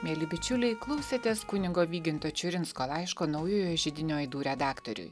mieli bičiuliai klausėtės kunigo vyginto čiurinsko laiško naujojo židinio aidų redaktoriui